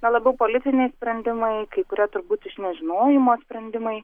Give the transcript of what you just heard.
na labiau politiniai sprendimai kai kurie turbūt iš nežinojimo sprendimai